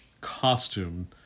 costume